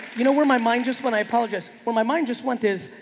you know where my mind just when i apologize. well my mind just went is,